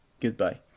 Goodbye